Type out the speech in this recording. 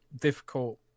difficult